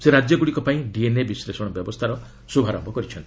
ସେ ରାଜ୍ୟଗୁଡ଼ିକ ପାଇଁ ଡିଏନ୍ଏ ବିଶ୍ଳେଷଣ ବ୍ୟବସ୍ଥାର ଶ୍ରଭାରମ୍ଭ କରିଛନ୍ତି